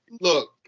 Look